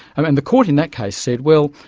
and the court in that case said, well,